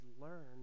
learn